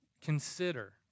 consider